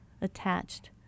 attached